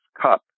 cup